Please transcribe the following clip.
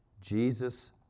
Jesus